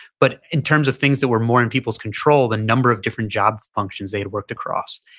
but in terms of things that were more in people's control the number of different job functions they had worked across.